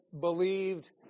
believed